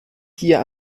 hier